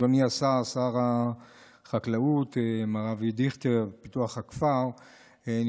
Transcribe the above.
אדוני שר החקלאות ופיתוח הכפר מר אבי דיכטר,